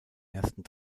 ersten